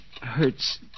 hurts